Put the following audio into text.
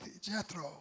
Jethro